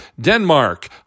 Denmark